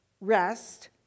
rest